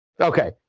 Okay